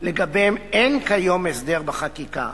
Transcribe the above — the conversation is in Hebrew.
שלגביהם אין כיום הסדר בחקיקה.